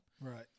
Right